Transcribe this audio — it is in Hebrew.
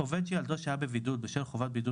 (1)עובד שילדו שהה בבידוד בשל חובת בידוד